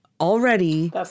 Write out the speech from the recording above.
already